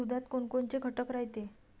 दुधात कोनकोनचे घटक रायते?